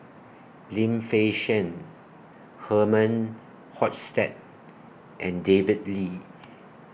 Lim Fei Shen Herman Hochstadt and David Lee